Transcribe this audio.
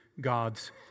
God's